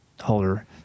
holder